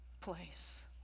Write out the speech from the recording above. place